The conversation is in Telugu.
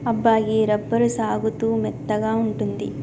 అబ్బా గీ రబ్బరు సాగుతూ మెత్తగా ఉంటుంది